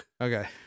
okay